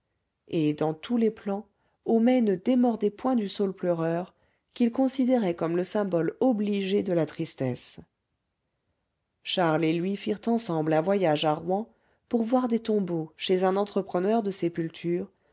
et dans tous les plans homais ne démordait point du saule pleureur qu'il considérait comme le symbole obligé de la tristesse charles et lui firent ensemble un voyage à rouen pour voir des tombeaux chez un entrepreneur de sépultures